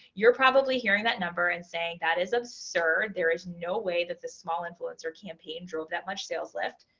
you're probably hearing that number and saying that is absurd. there is no way that the small influencer campaign drove that much sales lift.